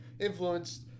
influenced